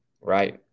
right